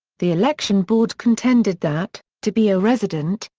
the election board contended that, to be a resident,